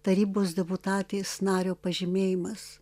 tarybos deputatės nario pažymėjimas